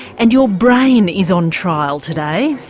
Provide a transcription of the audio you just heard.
and your brain is on trial today.